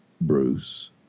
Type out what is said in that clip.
Bruce